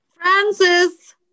Francis